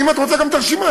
אם את רוצה גם את הרשימה,